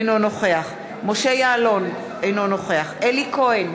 אינו נוכח משה יעלון, אינו נוכח אלי כהן,